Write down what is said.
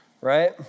right